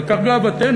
על כך גאוותנו,